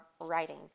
writing